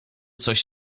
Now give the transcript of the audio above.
coś